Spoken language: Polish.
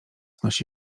nosi